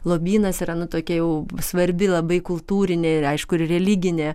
lobynas yra nu tokia jau svarbi labai kultūrinė ir aišku ir religinė